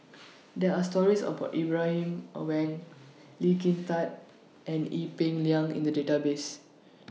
There Are stories about Ibrahim Awang Lee Kin Tat and Ee Peng Liang in The Database